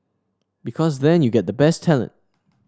because then you get the best talent